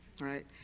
right